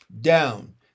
down